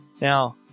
Now